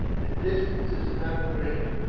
the distance is not great,